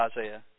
Isaiah